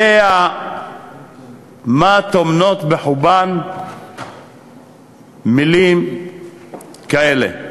יודע מה טומנות בחובן מילים כאלה,